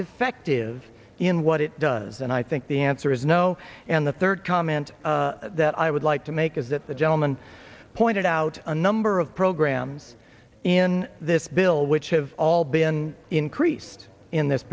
effective in what it does and i think the answer is no and the third comment that i would like to make is that the gentleman pointed out a number of programs in this bill which have all been increased in this